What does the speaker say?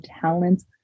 talents